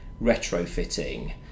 retrofitting